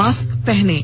mask पहनें